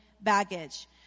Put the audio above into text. baggage